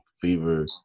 fever